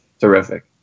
terrific